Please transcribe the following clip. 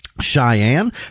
Cheyenne